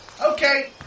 Okay